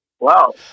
Wow